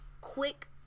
quick